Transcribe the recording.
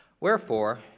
Wherefore